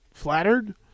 flattered